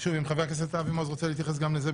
אם חבר הכנסת אבי מעוז רוצה להתייחס גם לזה,